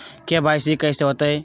KYC कैसे होतई?